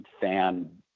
fan